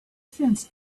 fence